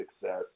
success